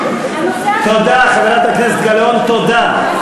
חברת הכנסת גלאון, תודה.